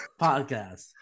podcast